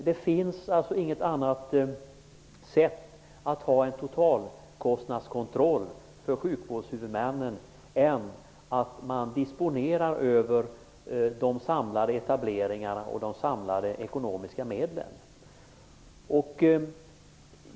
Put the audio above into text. Det finns alltså inget annat sätt att ha en totalkostnadskontroll för sjukvårdshuvudmännen än att man disponerar över de samlade etableringarna och de samlade ekonomiska medlen.